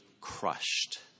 crushed